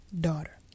daughter